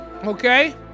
Okay